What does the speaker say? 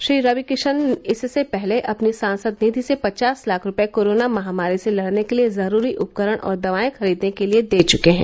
श्री रविकिशन इससे पहले अपनी सांसद निधि से पचास लाख रूपये कोरोना महामारी से लड़ने के लिए जरूरी उपकरण और दवाए खरीदने के लिए दे चुके हैं